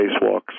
spacewalks